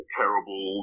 terrible